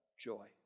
joy